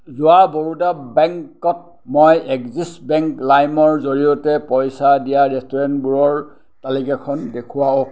যোৱা বৰোদা বেংকত মই এক্সিছ বেংক লাইমৰ জৰিয়তে পইচা দিয়া ৰেষ্টুৰেণ্টবোৰৰ তালিকাখন দেখুৱাওক